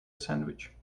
sandwich